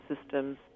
systems